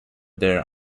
there